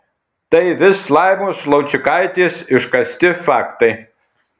tai vis laimos laučkaitės iškasti faktai